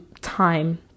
time